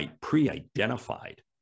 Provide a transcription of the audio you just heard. pre-identified